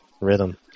rhythm